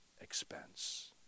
expense